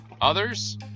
Others